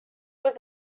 was